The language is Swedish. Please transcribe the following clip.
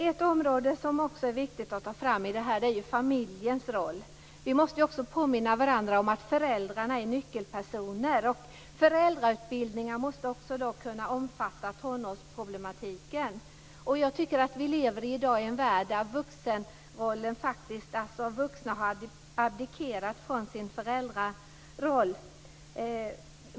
Ett område som också är viktigt att ta upp är familjens roll. Vi måste påminna varandra om att föräldrarna är nyckelpersoner. Föräldrautbildningar måste kunna omfatta tonårsproblematiken. Jag tycker att vi i dag lever i en värld där vuxna har abdikerat från sin föräldraroll.